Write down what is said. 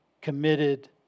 committed